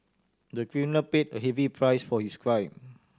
the criminal paid a heavy price for his crime